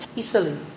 easily